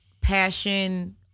passion